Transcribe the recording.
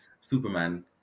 Superman